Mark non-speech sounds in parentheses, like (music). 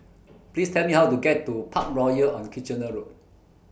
Please Tell Me How to get to (noise) Parkroyal on Kitchener Road